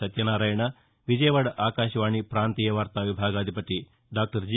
సత్యనారాయణ విజయవాడ ఆకాశవాణి ప్రాంతీయ వార్తా విభాగాధిపతి డాక్టర్ జి